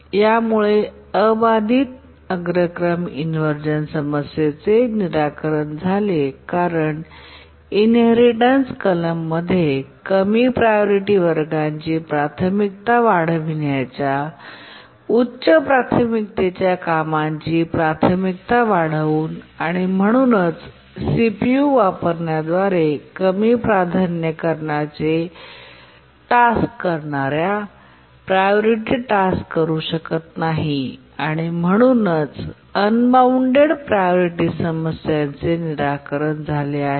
यामुळे अबाधित अग्रक्रम इनव्हर्जन समस्येचे निराकरण झाले कारण इनहेरिटेन्स कलममध्ये कमी प्रायोरिटी वर्गाची प्राथमिकता वाढवण्याच्या उच्च प्राथमिकतेच्या कामांची प्राथमिकता वाढवून आणि म्हणूनच सीपीयू वापरण्याद्वारे कमी प्राधान्यीकरणाचे टास्क करणार्या प्रायोरिटी टास्क करू शकत नाहीत आणि म्हणूनच अनबॉऊण्डेड प्रायोरिटी समस्याचे निराकरण झाले आहे